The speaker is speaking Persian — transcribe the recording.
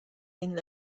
این